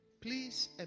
please